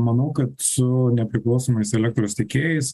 manau kad su nepriklausomais elektros tiekėjais